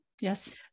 Yes